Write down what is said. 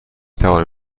توانم